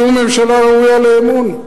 זו ממשלה ראויה לאמון?